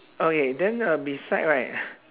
okay then uh beside right